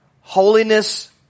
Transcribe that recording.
holiness